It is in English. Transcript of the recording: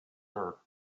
her